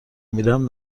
میرم